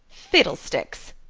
fiddlesticks!